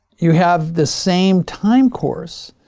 you have the same time course.